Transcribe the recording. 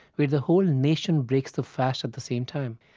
where the whole nation breaks the fast at the same time.